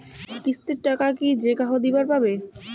কিস্তির টাকা কি যেকাহো দিবার পাবে?